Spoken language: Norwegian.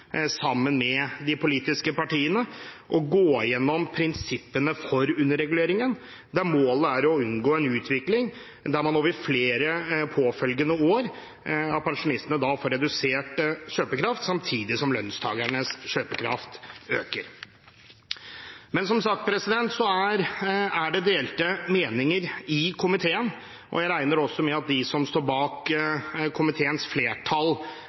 sammen med de politiske partiene, til å gå gjennom prinsippene for underreguleringen, der målet er å unngå en utvikling der pensjonistene over flere, påfølgende år får redusert kjøpekraft, samtidig som lønnstakernes kjøpekraft øker. Det er som sagt delte meninger i komiteen, og jeg regner med at de som står bak komiteens flertall,